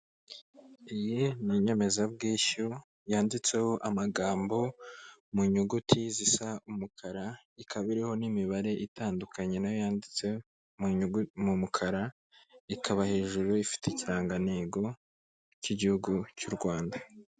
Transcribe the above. Iyi ni inyemezabwishyu yanditseho amagambo mu nyuguti zisa umukara, ikaba iriho n'imibare itandukanye nayo yanditse mu mukara, ikaba hejuru ifite ikirangantego cy'igihugu cy'u Rwanda.